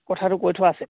কথাটো কৈ থোৱা আছে